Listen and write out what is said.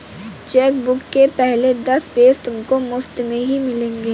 chequebook के पहले दस पेज तुमको मुफ़्त में ही मिलेंगे